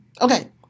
okay